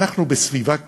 אנחנו בסביבה קשה,